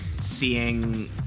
seeing